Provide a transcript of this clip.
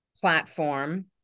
platform